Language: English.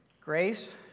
Grace